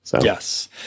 Yes